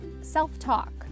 self-talk